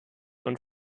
und